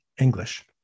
English